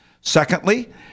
Secondly